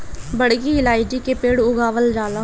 बड़की इलायची के पेड़ उगावल जाला